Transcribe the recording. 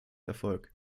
erfolg